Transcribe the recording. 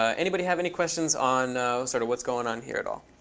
ah anybody have any questions on sort of what's going on here at all?